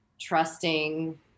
trusting